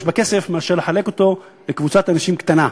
בכסף מאשר לחלק אותו לקבוצת אנשים קטנה.